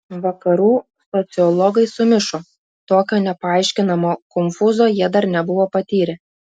vakarų sociologai sumišo tokio nepaaiškinamo konfūzo jie dar nebuvo patyrę